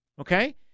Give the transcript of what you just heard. Okay